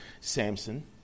Samson